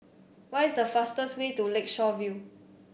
what is the fastest way to Lakeshore View